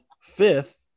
fifth